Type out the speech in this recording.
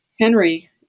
Henry